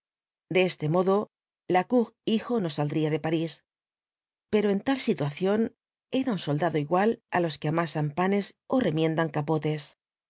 de este modo lacour hijo no saldría de parís pero en tal situación era un soldado igual á los que amasan panes ó remiendan capotes